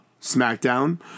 Smackdown